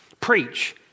Preach